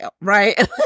right